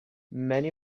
many